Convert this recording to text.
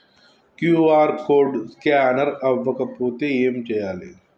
QR code scanner అవ్వకపోతే ఏం చేయాలి?